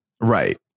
right